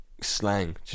slang